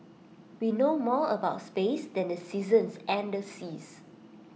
we know more about space than the seasons and the seas